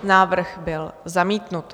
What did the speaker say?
Návrh byl zamítnut.